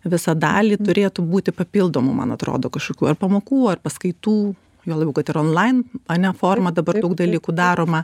visą dalį turėtų būti papildomų man atrodo kažkokių ar pamokų ar paskaitų juo labiau kad ir on lain ane forma dabar daug dalykų daroma